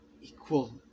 equal